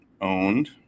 owned